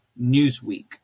Newsweek